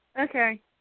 Okay